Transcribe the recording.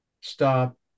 stop